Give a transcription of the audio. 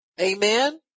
amen